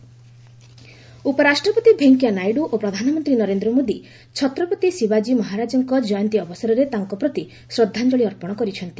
ଶିବାଜୀ ଉପରାଷ୍ଟ୍ରପତି ଭେଙ୍କିୟାନାଇଡୁ ଓ ପ୍ରଧାନମନ୍ତ୍ରୀ ନରେନ୍ଦ୍ର ମୋଦି ଛତ୍ରପତି ଶିବାଜୀ ମହାରାଜଙ୍କ ଜୟନ୍ତୀ ଅବସରରେ ତାଙ୍କ ପ୍ରତି ଶ୍ରଦ୍ଧାଞ୍ଚଳି ଅର୍ପଣ କରିଛନ୍ତି